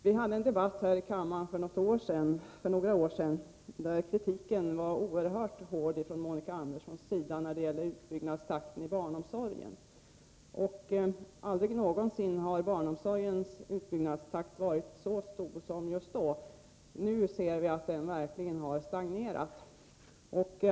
Vi hade en debatt här i kammaren för några år sedan där kritiken ifrån Monica Andersson var oerhört hård när det gällde utbyggnadstakten i barnomsorgen. Aldrig någonsin har utbyggnadstakten i barnomsorgen varit så hög som just då. Nu ser vi att den har stagnerat.